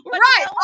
right